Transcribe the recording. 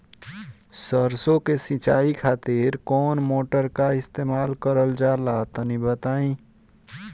सरसो के सिंचाई खातिर कौन मोटर का इस्तेमाल करल जाला तनि बताई?